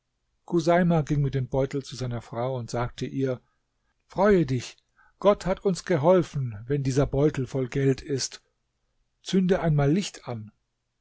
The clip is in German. chuseima ging mit dem beutel zu seiner frau und sagte ihr freue dich gott hat uns geholfen wenn dieser beutel voll geld ist zünde einmal licht an